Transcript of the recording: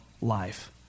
life